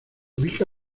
ubica